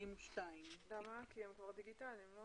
כי הם כבר דיגיטליים?